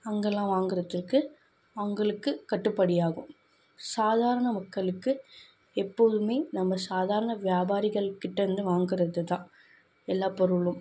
அங்கேல்லாம் வாங்குறதுக்கு அவங்களுக்கு கட்டுப்படி ஆகும் சாதாரண மக்களுக்கு எப்போதுமே நம்ம சாதாரண வியாபாரிகள்கிட்டேருந்து வாங்குறது தான் எல்லா பொருளும்